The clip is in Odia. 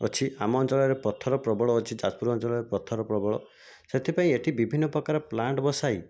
ଅଛି ଆମ ଅଞ୍ଚଳରେ ପଥର ପ୍ରବଳ ଅଛି ଯାଜପୁର ଅଞ୍ଚଳରେ ପଥର ପ୍ରବଳ ସେଥିପାଇଁ ଏଠି ବିଭିନ୍ନ ପ୍ରକାର ପ୍ଲାଣ୍ଟ ବସାଇ